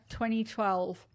2012